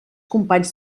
companys